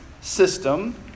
system